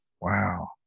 Wow